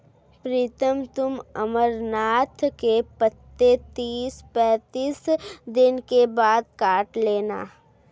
प्रीतम तुम अमरनाथ के पत्ते तीस पैंतीस दिन के बाद काट लेना